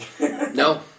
No